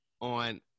on